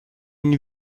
une